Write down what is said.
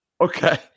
Okay